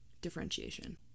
differentiation